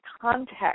context